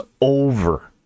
over